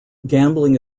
gambling